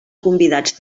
convidats